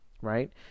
right